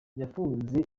yafunze